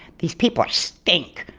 these people stink.